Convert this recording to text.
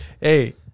hey